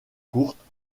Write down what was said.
courtes